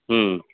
ம்